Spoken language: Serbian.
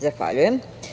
Zahvaljujem.